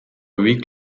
week